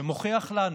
שמוכיח לנו